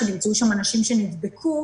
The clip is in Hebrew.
שנמצאו שם אנשים שנדבקו.